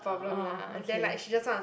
orh okay